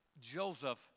Joseph